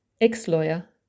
ex-lawyer